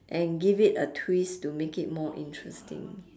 and give it a twist to make it more interesting